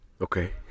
Okay